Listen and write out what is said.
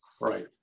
right